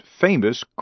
famous